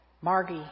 Margie